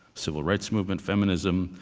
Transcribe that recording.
civil rights movement, feminism,